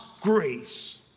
grace